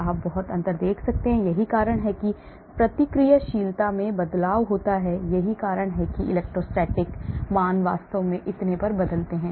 आप बहुत अंतर देख सकते हैं यही कारण है कि प्रतिक्रियाशीलता में बदलाव होता है यही कारण है कि इलेक्ट्रोस्टैटिक मान वास्तव में और इतने पर बदलते हैं